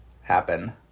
happen